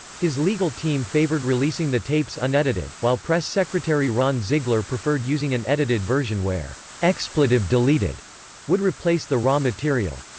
his legal team favored releasing the tapes unedited, while press secretary ron ziegler preferred using an edited version where expletive deleted would replace the raw material.